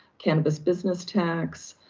cannabis business tax,